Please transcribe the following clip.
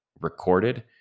recorded